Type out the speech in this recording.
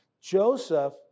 Joseph